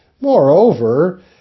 Moreover